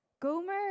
Gomer